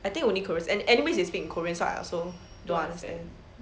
I think only koreans and and they only speak in korean so I also don't understand